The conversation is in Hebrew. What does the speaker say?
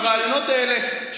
עם הרעיונות האלה,